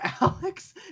Alex